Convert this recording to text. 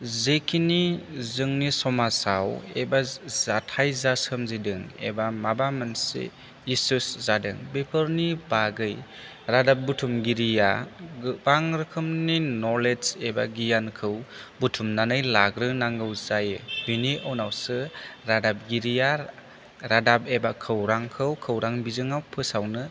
जेखिनि जोंनि समाजाव एबा जाथाय जा सोमजिदों एबा माबा मोनसे इसुस जादों बेफोरनि बागै रादाब बुथुमगिरिया गोबां रोखोमनि नलेज एबा गियानखौ बुथुमनानै लाग्रो नांगौ जायो बिनि उनावसो रादाबगिरिया रादाब एबा खौरांखौ खौरां बिजोङाव फोसावनो हायो